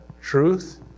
truth